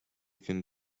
can